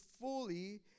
fully